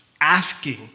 asking